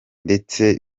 ndetse